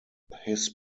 his